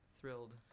thrilled